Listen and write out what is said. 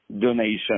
donation